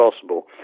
possible